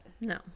No